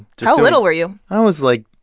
how little were you? i was, like,